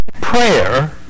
prayer